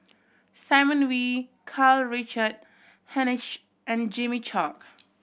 Simon Wee Karl Richard Hanitsch and Jimmy Chok